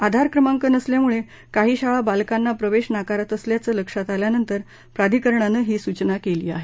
आधार क्रमांक नसल्यामुळे काही शाळा बालकांना प्रवेश नाकारत असल्याचं लक्षात आल्यानंतर प्राधिकरणानं ही सूचना केली आहे